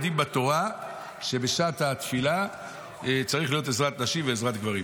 מאיפה יודעים בתורה שבשעת התפילה צריכות להיות עזרת נשים ועזרת גברים?